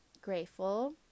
grateful